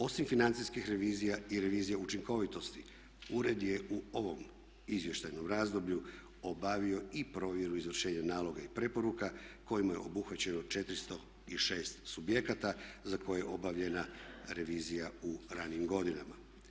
Osim financijskih revizija i revizija učinkovitosti ured je u ovom izvještajnom razdoblju obavio i provjeru izvršenja naloga i preporuka kojim je obuhvaćeno 406 subjekata za koje je obavljena revizija u ranijim godinama.